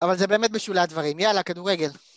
אבל זה באמת בשולי הדברים. יאללה, כדורגל.